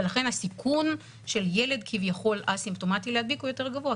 ולכן הסיכון של ילד אסימפטומטי כביכול להדביק הוא יותר גבוה,